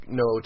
no